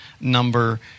number